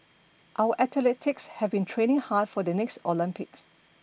our athletes have been training hard for the next Olympics